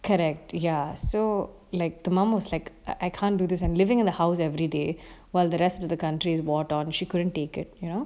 correct ya so like the mum was like I can't do this I'm living in the house every day while the rest of the country is war torn she couldn't take it you know